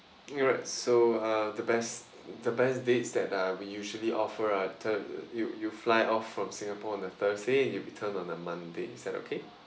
alright so uh the best the best dates that are we usually offer a thur~ you you fly off from singapore on a thursday you return on a monday is that okay